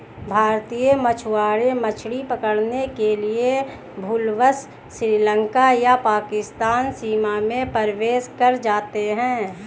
भारतीय मछुआरे मछली पकड़ने के लिए भूलवश श्रीलंका या पाकिस्तानी सीमा में प्रवेश कर जाते हैं